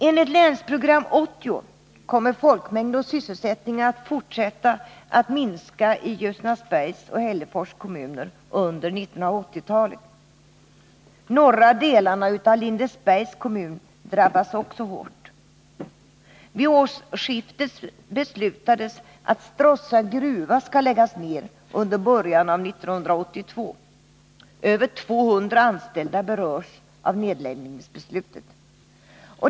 Enligt Länsprogram 1980 kommer folkmängd och sysselsättning att fortsätta att minska i Ljusnarsbergs och Hällefors kommuner under 1980-talet. Norra delarna av Lindesbergs kommun drabbas också hårt. Vid årsskiftet beslutades att Stråssa gruva skall läggas ned i början av 1982. Över 200 anställda berörs av nedläggningsbeslutet.